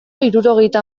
hirurogeita